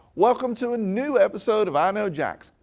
welcome to a new episode of i know jax,